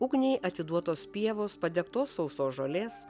ugniai atiduotos pievos padegtos sausos žolės